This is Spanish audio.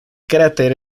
cráter